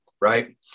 right